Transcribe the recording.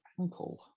ankle